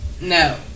No